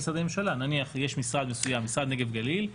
נניח יש משרד מסוים, משרד נגב גליל,